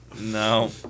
No